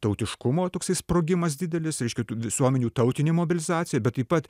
tautiškumo toksai sprogimas didelis reiškia tų visuomenių tautinė mobilizacija bet taip pat